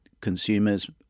consumers